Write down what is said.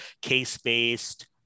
case-based